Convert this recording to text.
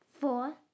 Four